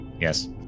Yes